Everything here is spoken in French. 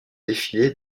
défilé